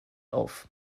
auf